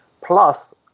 Plus